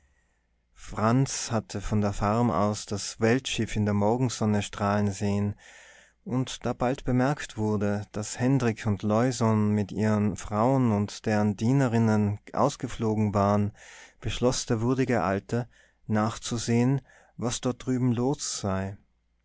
frans hatte von der farm aus das weltschiff in der morgensonne strahlen sehen und da bald bemerkt wurde daß hendrik und leusohn mit ihren frauen und deren dienerinnen ausgeflogen waren beschloß der würdige alte nachzusehen was dort drüben los sei